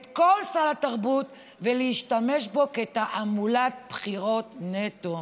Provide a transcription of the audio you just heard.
את כל סל התרבות, ולהשתמש בו כתעמולת בחירות נטו,